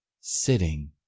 sitting